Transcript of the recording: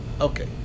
Okay